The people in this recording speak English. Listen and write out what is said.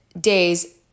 days